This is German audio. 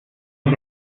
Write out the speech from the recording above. ich